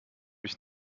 ich